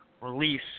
release